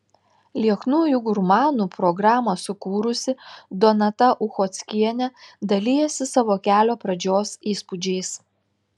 lieknųjų gurmanų programą sukūrusi donata uchockienė dalijasi savo kelio pradžios įspūdžiais